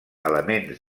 elements